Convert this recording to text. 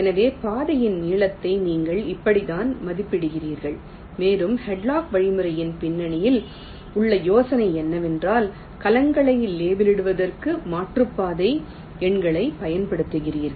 எனவே பாதையின் நீளத்தை நீங்கள் இப்படித்தான் மதிப்பிடுகிறீர்கள் மேலும் ஹாட்லாக் வழிமுறையின் பின்னணியில் உள்ள யோசனை என்னவென்றால் கலங்களை லேபிளிடுவதற்கு மாற்றுப்பாதை எண்களைப் பயன்படுத்துகிறீர்கள்